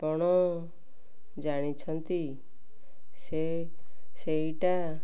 ଆପଣ ଜାଣିଛନ୍ତି ସେ ସେଇଟା